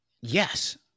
Yes